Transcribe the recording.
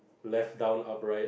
left down up right